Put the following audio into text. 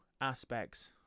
aspects